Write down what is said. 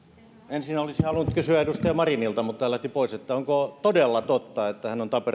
ensin olisin halunnut kysyä edustaja marinilta mutta hän lähti pois onko todella totta että hän on tampereen